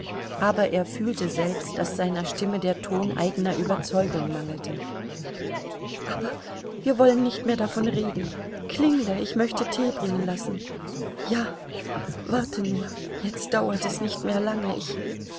aber er fühlte selbst daß seiner stimme der ton eigener überzeugung mangelte aber wir wollen nicht mehr davon reden klingle ich möchte tee bringen lassen ja warte nur jetzt dauert es nicht mehr lange ich